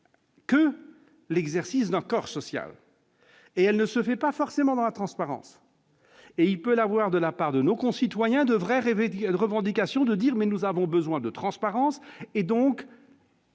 que l'exercice d'un corps social et elle ne se fait pas forcément dans la transparence et il peut avoir de la part de nos concitoyens devrait révéler une revendication de dire mais nous avons besoin de transparence et donc.